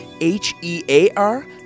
H-E-A-R